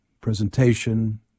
presentation